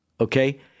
okay